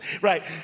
Right